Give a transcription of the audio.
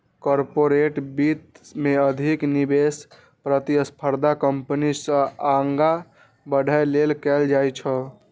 corporate वित्त मे अधिक निवेश प्रतिस्पर्धी कंपनी सं आगां बढ़ै लेल कैल जाइ छै